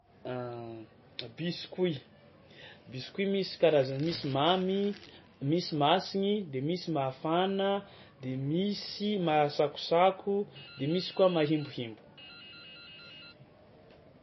Biscuit, biscuit misy karazany misy mamy, misy masigny de misy mafana de misy mahasakosako de misy koa mahempohempo.